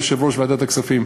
יושב-ראש ועדת הכספים,